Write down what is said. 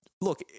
look